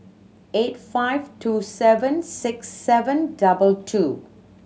eight five two seven six seven double two